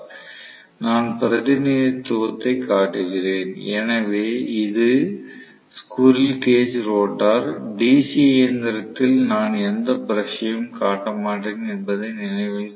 நான் பிரதிநிதித்துவத்தைக் காட்டுகிறேன் எனவே இது ஸ்குரில் கேஜ் ரோட்டர் டிசி இயந்திரத்தில் நான் எந்த பிரஷ் ஐயும் காட்ட மாட்டேன் என்பதை நினைவில் கொள்க